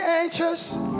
anxious